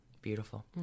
Beautiful